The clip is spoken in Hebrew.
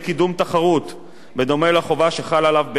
בדומה לחובה שחלה עליו בעת מתן הרשיון מלכתחילה.